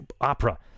opera